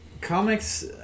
comics